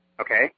okay